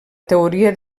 teoria